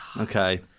Okay